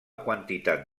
quantitat